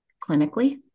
clinically